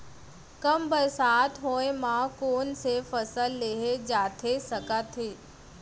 कम बरसात होए मा कौन से फसल लेहे जाथे सकत हे?